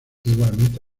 igualmente